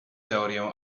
teorię